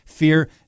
Fear